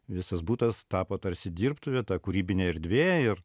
visas butas tapo tarsi dirbtuve ta kūrybinė erdvė ir